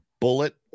bullet